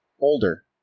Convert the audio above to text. older